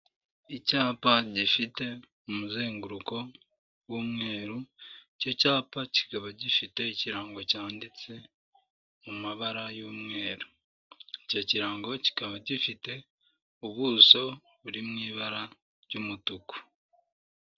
Icyapa gifite umuzenguruko w'umweru, icyo cyapa kikaba gifite ikirango cyanditse mu mabara y'umweru, icyo kirango kikaba gifite ubuso buri mu i ibara ry'umutuku.